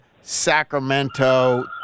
Sacramento